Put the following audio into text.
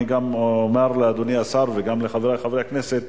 אני גם אומר לאדוני השר וגם לחברי חברי הכנסת: